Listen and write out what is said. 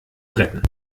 retten